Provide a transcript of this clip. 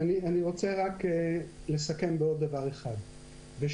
אני רוצה לסכם בעוד דבר אחד ושוב,